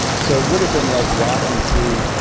so it would have been like walking through,